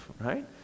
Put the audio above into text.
right